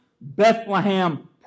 Bethlehem